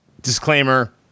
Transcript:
disclaimer